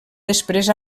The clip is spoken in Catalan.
després